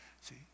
see